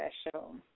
special